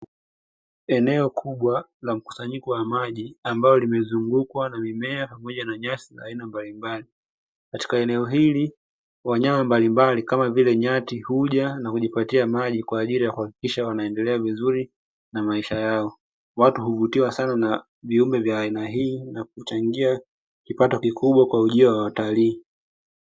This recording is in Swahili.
Eneo kubwa la mkusanyiko wa maji, ambalo limezungukwa na mimea pamoja na nyasi za aina mbalimbali, katika eneo hili wanyama mbalimbali Kama vile nyati huja na kujipatia maji kwaajili kuhakikisha wanaendelea vizuri na maisha yao. watu huvutiwa sana na viumbe vya aina hii na kuchangia kipato kikubwa kwa ujio wa watalii.